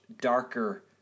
darker